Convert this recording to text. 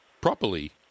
properly